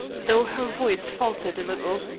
though her voice faltered a little.